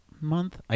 month